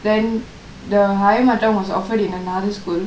then the higher mother tongkue was offered in a another school